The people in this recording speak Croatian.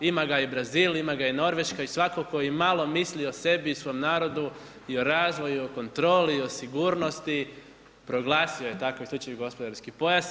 Ima ga i Brazil, ima ga i Norveška i svatko tko i malo misli o sebi i svom narodu, i razvoju, o kontroli, o sigurnosti proglasio je takav slični gospodarski pojas.